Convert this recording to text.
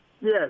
Yes